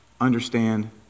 understand